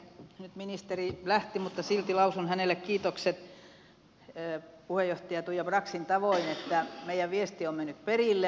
nyt ministeri lähti mutta silti lausun hänelle kiitokset puheenjohtaja tuija braxin tavoin että meidän viestimme on mennyt perille